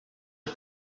are